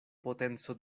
potenco